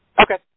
Okay